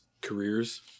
careers